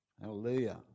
Hallelujah